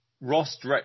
Ross